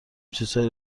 چیزهایی